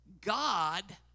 God